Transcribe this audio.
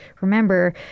remember